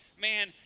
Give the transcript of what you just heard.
man